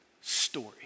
story